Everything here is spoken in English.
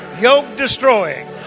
yoke-destroying